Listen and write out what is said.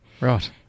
Right